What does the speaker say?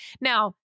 Now